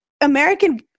American